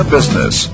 Business